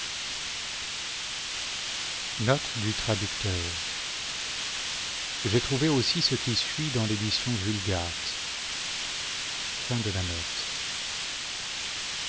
j'ai trouvé aussi ce qui suit dans l'édition vulgate